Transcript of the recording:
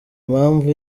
impamvu